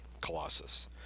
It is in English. Colossus